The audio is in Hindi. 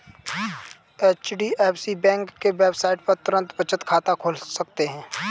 एच.डी.एफ.सी बैंक के वेबसाइट पर तुरंत बचत खाता खोल सकते है